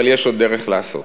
אבל יש עוד דרך לעשות